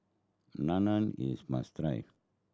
naan is must try